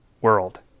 world